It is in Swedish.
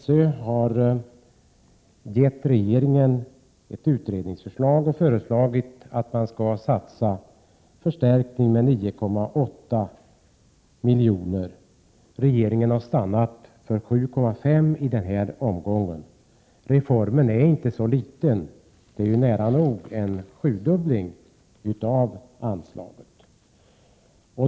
SÖ har lämnat till regeringen ett utredningsförslag som innebär en förstärkning med 9,8 milj.kr. Regeringen har stannat vid 7,5 miljoner. Det är inte litet utan nära nog en sjudubbling av anslaget.